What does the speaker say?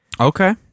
Okay